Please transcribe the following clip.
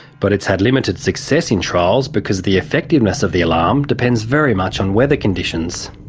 but it's had limited success in trials because the effectiveness of the alarm depends very much on weather conditions.